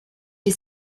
die